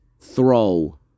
throw